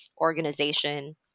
organization